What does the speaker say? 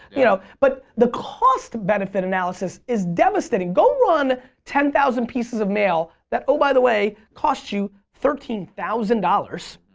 you know, but the cost benefit analysis is devastating. go run ten thousand pieces of mail that oh by the way cost you thirteen thousand dollars.